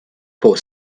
for